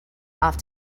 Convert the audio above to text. off